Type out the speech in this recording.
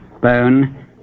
bone